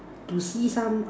to see some